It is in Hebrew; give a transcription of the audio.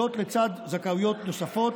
זאת, לצד זכאויות נוספות.